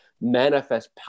manifest